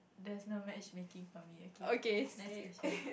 there's no matchmaking for me okay next question